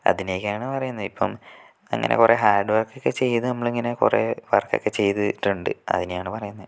അതിനേക്കെയാണ് പറയുന്നത് ഇപ്പം അങ്ങനെ കുറെ ഹാർഡ് വർക്കക്കെ ചെയ്ത് നമ്മള് ഇങ്ങനെ കുറെ വർക്കൊക്കെ ചെയ്തിട്ട് ഉണ്ട് അതിനെയാണ് പറയുന്നത്